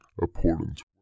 important